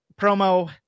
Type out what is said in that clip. promo